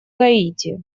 гаити